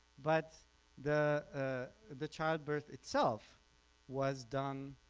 but the ah the childbirth itself was done